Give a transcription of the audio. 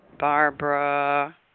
Barbara